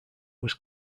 was